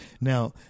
Now